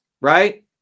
right